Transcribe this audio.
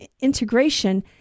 integration